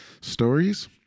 stories